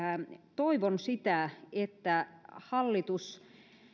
toivon että hallitus